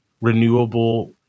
renewable